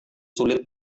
sulit